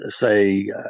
say